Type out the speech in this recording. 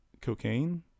cocaine